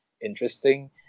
interesting